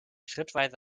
schrittweise